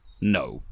no